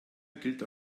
gilt